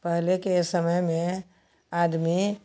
पहले के समय में आदमी